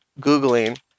Googling